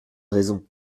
raisons